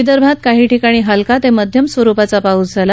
विदर्भात काही ठिकाणी हलका ते मध्यम स्वरुपाचा पाऊस पडला